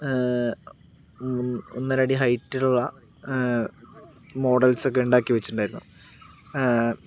ഒന്നര അടി ഹൈറ്റുള്ള മോഡൽസ് ഒക്കെ ഉണ്ടാക്കി വെച്ചിട്ടുണ്ടായിരുന്നു